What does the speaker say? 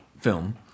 film